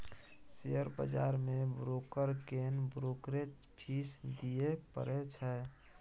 share बजार मे broker केँ ब्रोकरेज फीस दियै परै छै